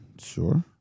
Sure